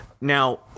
Now